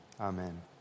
amen